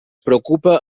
preocupa